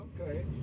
Okay